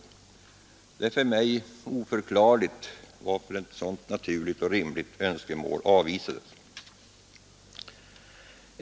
Jag finner det oförklarligt att ett sådant naturligt och rimligt önskemål avvisades.